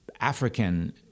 African